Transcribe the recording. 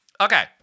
Okay